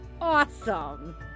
awesome